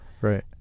right